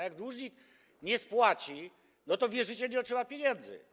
Jeżeli dłużnik nie spłaci, to wierzyciel nie otrzyma pieniędzy.